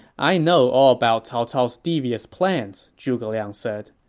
i know all about cao cao's devious plans, zhuge liang said.